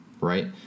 right